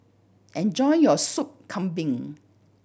enjoy your Sop Kambing